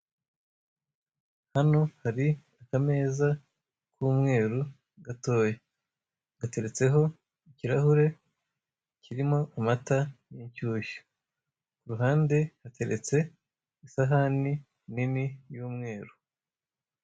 Hano hari akameza k'umweru gatoya gateretseho ikirahure kirimo amata y'inshyushyu, ku ruhande hatersetse isahane nini y'umweru.